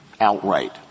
outright